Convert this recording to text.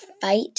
fight